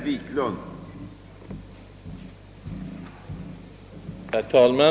Herr talman!